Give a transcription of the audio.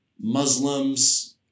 Muslims